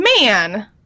Man